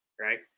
right